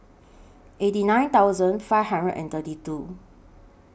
eighty nine thousand five hundred and thirty two